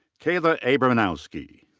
kayla abramowski.